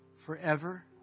forever